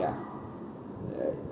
ya uh